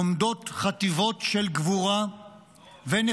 עומדות חטיבות של גבורה ונחישות